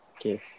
Okay